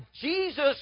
Jesus